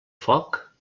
foc